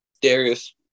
Darius